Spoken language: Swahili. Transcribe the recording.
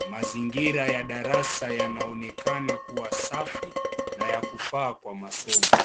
Mazingira ya darasa yanaonekana kuwa safu na ya kufaa kwa masomo.